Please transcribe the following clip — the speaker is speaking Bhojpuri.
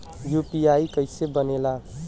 यू.पी.आई कईसे बनेला?